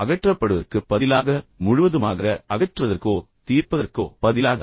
அகற்றப்படுவதற்குப் பதிலாக முழுவதுமாக அகற்றுவதற்கோ தீர்ப்பதற்கோ பதிலாக